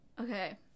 Okay